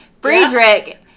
Friedrich